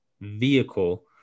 vehicle